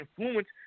influence